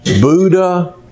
Buddha